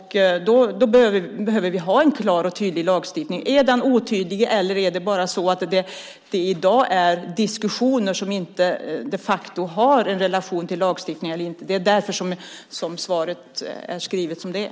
Då behöver vi ha en klar och tydlig lagstiftning. Är den otydlig, eller är det bara så att det i dag är diskussioner som inte de facto har en relation till lagstiftning? Det är därför som svaret är skrivet som det är.